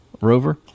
rover